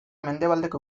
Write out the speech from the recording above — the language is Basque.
mendebaldeko